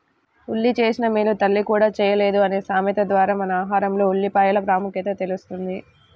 ఉల్లి చేసిన మేలు తల్లి కూడా చేయలేదు అనే సామెత ద్వారా మన ఆహారంలో ఉల్లిపాయల ప్రాముఖ్యత తెలుస్తుంది